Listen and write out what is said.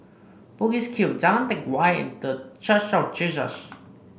Bugis Cube Jalan Teck Whye and The Church of Jesus